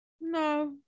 No